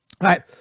right